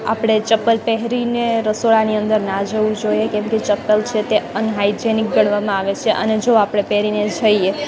આપણે ચપ્પલ પહેરીને રસોડાની અંદર ના જવું જોઈએ કેમકે ચપ્પલ છે તે અનહાઇજેનિક ગણવામાં આવે છે અને જો આપણે પહેરીને જઈએ